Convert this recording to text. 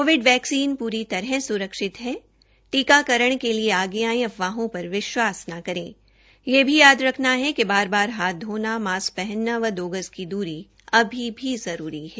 Covid वैक्सीनन पूरी तरह सुरक्षित है टीकाकरण के लिए आगे आएं अफवाहों पर विश्वा स न करे यह भी याद रखना है कि बार बार हाथ धोना मास्की पहनना व दो गज की दूरी अभी भी जरूरी है